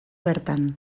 bertan